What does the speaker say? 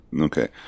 Okay